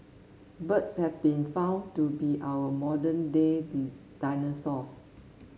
birds have been found to be our modern day dinosaurs